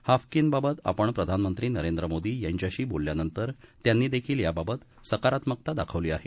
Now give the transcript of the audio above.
Haffkine बाबत आपण प्रधानमंत्री नरेंद्र मोदी यांच्याशी बोलल्या नंतर त्यांनी देखील या बाबत सकारात्मकता दाखवली आहे